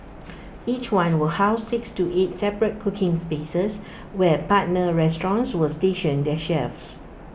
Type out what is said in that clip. each one will house six to eight separate cooking spaces where partner restaurants will station their chefs